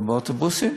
אבל באוטובוסים?